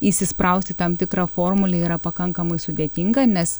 įsispraust į tam tikrą formulę yra pakankamai sudėtinga nes